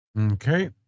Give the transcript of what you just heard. Okay